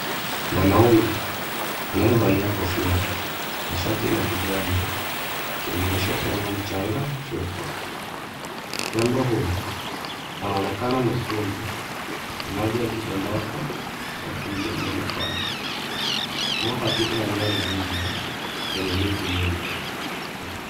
Mwanaume anayevalia kofia na shati la kijani akimnywesha tembo mchanga chupa. Tembo huyo anaonekana mwekundu na maji yakidondoka kutoka mdomoni kwake. Yuko katika eneo la nje yenye miti nyuma.